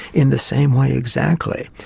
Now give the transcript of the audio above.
in the same way exactly,